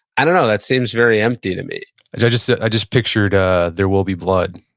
i don't know, that seems very empty to me i just i just pictured ah there will be blood,